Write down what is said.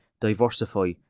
diversify